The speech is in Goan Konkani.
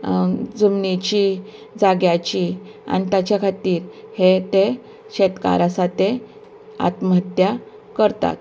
जमनिची जाग्यांची आनी ताच्या खातीर हे ते शेतकार आसा ते आत्महत्या करतात